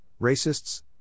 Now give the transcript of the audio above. racists